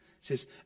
says